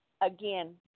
again